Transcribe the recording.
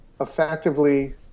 effectively